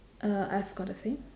uh I've got the same